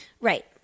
Right